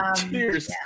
cheers